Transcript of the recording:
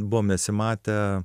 buvom nesimatę